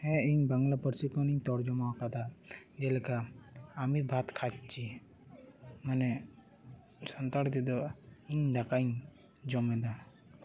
ᱦᱮᱸ ᱤᱧ ᱵᱟᱝᱞᱟ ᱯᱟᱹᱨᱥᱤ ᱠᱷᱚᱱᱤᱧ ᱛᱚᱨᱡᱚᱢᱟᱣᱟᱠᱟᱫᱟ ᱡᱮᱞᱮᱠᱟ ᱟᱢᱤ ᱵᱷᱟᱛ ᱠᱷᱟᱪᱪᱷᱤ ᱢᱟᱱᱮ ᱥᱟᱱᱛᱟᱲ ᱛᱮᱫᱚ ᱤᱧ ᱫᱟᱠᱟᱧ ᱡᱚᱢᱮᱫᱟ